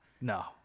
No